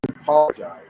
apologize